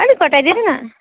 अलिक घटाई दिनु न